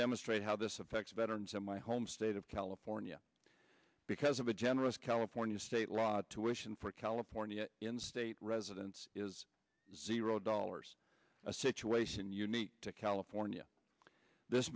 demonstrate how this affects veterans in my home state of california because of a generous california state law to ition for california in state residents is zero dollars a situation unique to california this